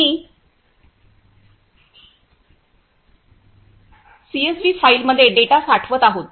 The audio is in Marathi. आम्ही सीएसव्ही फाईलमध्ये डेटा साठवत आहोत